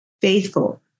faithful